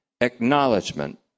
acknowledgement